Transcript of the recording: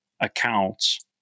accounts